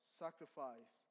sacrifice